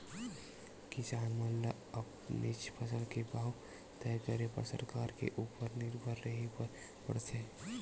किसान मन ल अपनेच फसल के भाव तय करे बर सरकार के उपर निरभर रेहे बर परथे